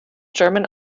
german